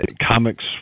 comics